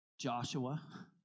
Joshua